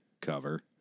cover